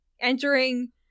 entering